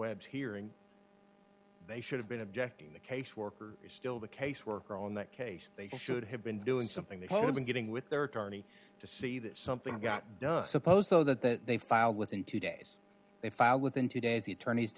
webb's hearing they should have been objecting the caseworker is still the caseworker on that case they should have been doing something they have been getting with their attorney to see that something got done suppose though that they filed within two days they filed within two days the attorneys